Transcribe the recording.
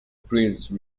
prince